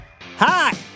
Hi